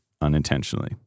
unintentionally